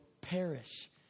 perish